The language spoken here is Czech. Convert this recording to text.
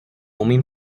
umím